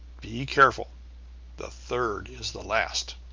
be careful the third is the last.